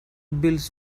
bills